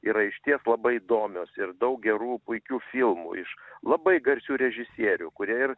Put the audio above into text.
yra išties labai įdomios ir daug gerų puikių filmų iš labai garsių režisierių kurie ir